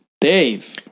Dave